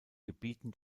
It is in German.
gebieten